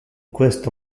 questo